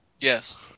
Yes